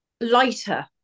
lighter